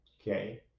okay